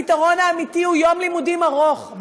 הפתרון האמיתי הוא יום לימודים ארוך,